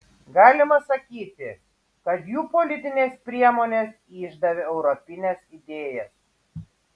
galima sakyti kad jų politinės priemonės išdavė europines idėjas